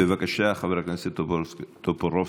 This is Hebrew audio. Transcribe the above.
חבר הכנסת טופורובסקי,